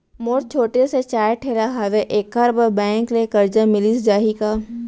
मोर छोटे से चाय ठेला हावे एखर बर बैंक ले करजा मिलिस जाही का?